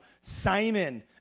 Simon